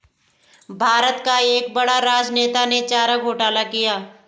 भारत का एक बड़ा राजनेता ने चारा घोटाला किया